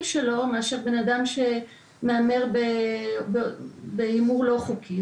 שלו מאשר אדם שמהמר בהימור לא חוקי.